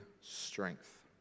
strength